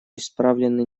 исправлены